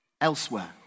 elsewhere